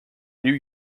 new